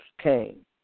came